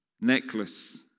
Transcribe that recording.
Necklace